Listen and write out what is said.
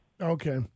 Okay